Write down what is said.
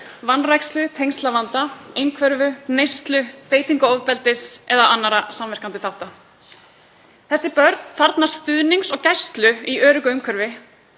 vanrækslu, tengslavanda, einhverfu, neyslu, beitingu ofbeldis eða annarra samverkandi þátta. Þessi börn þarfnast stuðnings og gæslu í öruggu umhverfi